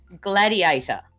Gladiator